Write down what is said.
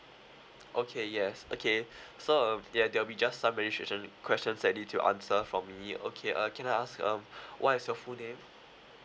okay yes okay so um ya there'll be just some registration questions that you need to answer for me okay uh can I ask um what is your full name